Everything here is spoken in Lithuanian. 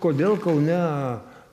kodėl kaune